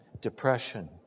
depression